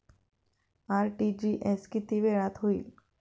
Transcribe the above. RTGS किती वेळात होईल?